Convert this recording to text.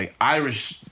Irish